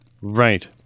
Right